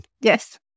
Yes